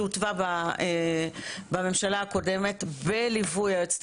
שהותווה בממשלה הקודמת בליווי היועצת